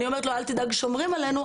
אני אומרת לו אל תדאג, שומרים עלינו.